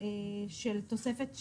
של התוספת השנייה,